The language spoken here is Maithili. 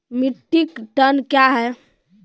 मीट्रिक टन कया हैं?